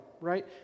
right